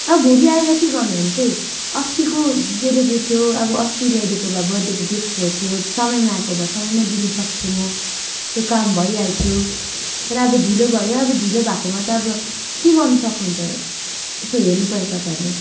अब भोलि आएर के गर्नु हेर्नुहोस् है अस्तिको डेलिभेरी थियो अब अस्ति ल्याइदिएको भए बर्थडेको गिफ्ट हो त्यो समयमा आएको भए समयमै दिनुसक्थेँ म त्यो काम भइहाल्थ्यो तर अब ढिलो भयो अब ढिलो भएकोमा त अब के गर्नु सक्नुहुन्छ यसो हेर्नुपऱ्यो तपाईँहरूले